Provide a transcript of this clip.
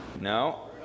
No